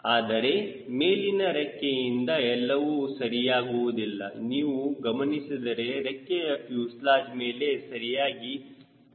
ಆದರೆ ಮೇಲಿನ ರೆಕ್ಕೆಯಿಂದ ಎಲ್ಲವೂ ಸರಿಯಾಗುವುದಿಲ್ಲ ನೀವು ಗಮನಿಸಿದರೆ ರೆಕ್ಕೆಯು ಫ್ಯೂಸೆಲಾಜ್ ಮೇಲೆ ಸರಿಯಾಗಿ ಕೂತಿರಬೇಕು